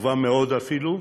טובה מאוד, אפילו,